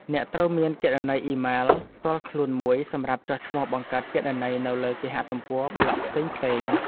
អ្នកត្រូវមានគណនីអ៊ីមែល ផ្ទាល់ខ្លួនមួយសម្រាប់ចុះឈ្មោះបង្កើតគណនីនៅលើគេហទំព័រប្លក់ផ្សេងៗ។